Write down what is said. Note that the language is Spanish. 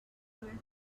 una